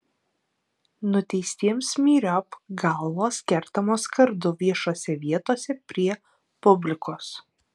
nuteistiems myriop galvos kertamos kardu viešose vietose prie publikos